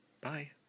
bye